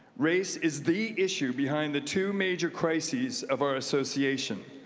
race is the issue behind the two major crises of our association.